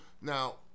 Now